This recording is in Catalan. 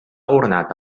ornat